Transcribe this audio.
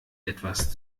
etwas